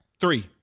Three